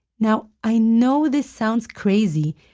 now, i know this sounds crazy,